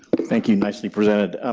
thank you. nicely presented.